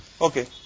Okay